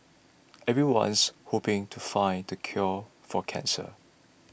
everyone's hoping to find the cure for cancer